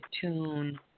tune